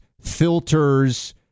filters